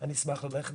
וגם איתנו במשרד.